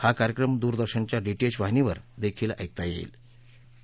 हा कार्यक्रम दूरदर्शनच्या डीटीएच वाहिनीवर दखील ऐकता यईति